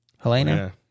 helena